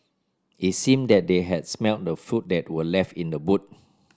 it seemed that they had smelt the food that were left in the boot